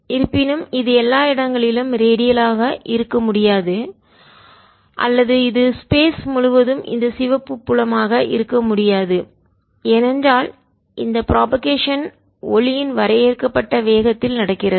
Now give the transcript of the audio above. இருப்பினும் இது எல்லா இடங்களிலும் ரேடியலாக இருக்க முடியாது அல்லது இது ஸ்பேஸ் முழுவதும் இந்த சிவப்பு புலமாக இருக்க முடியாது ஏனென்றால் இந்த புரோபகேஷன் பரப்புதல் ஒளியின் வரையறுக்கப்பட்ட வேகத்தில் நடக்கிறது